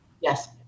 Yes